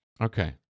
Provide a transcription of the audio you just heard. Okay